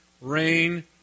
rain